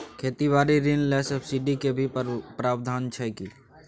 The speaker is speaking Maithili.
खेती बारी ऋण ले सब्सिडी के भी प्रावधान छै कि?